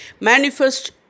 manifest